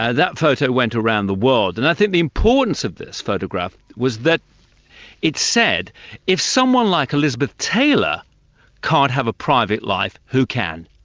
that photo went around the world and i think the importance of this photograph was that it said if someone like elizabeth taylor can't have a private life, who can?